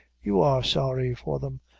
you are sorry for them,